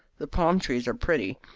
the palm-trees are pretty.